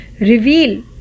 reveal